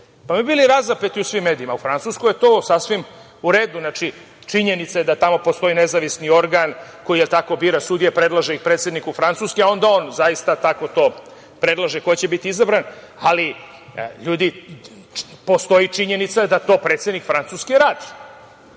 Mi bi bili razapeti u svim medijima. U Francuskoj je to sasvim u redu. Znači, činjenica je da tamo postoji nezavisni organ koji tako bira sudije, predlaže ih predsedniku Francuske, a onda on zaista tako to predlaže ko će biti izabran, ali postoji činjenica da to predsednik Francuske radi.